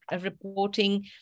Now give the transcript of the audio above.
reporting